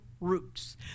Roots